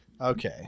Okay